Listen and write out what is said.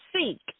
Seek